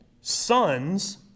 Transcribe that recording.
sons